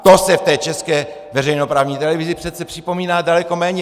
To se v té české veřejnoprávní televizi přece připomíná daleko méně.